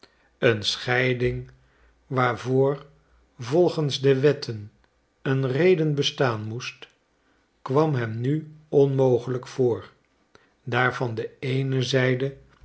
een scheiding waarvoor volgens de wetten een reden bestaan moest kwam hem nu onmogelijk voor daar van de